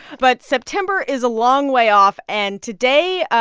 but september is a long way off. and today,